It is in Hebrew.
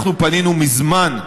אנחנו פנינו מזמן,